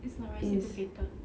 it's not reciprocated